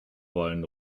wollen